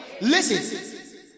Listen